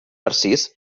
narcís